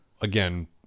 again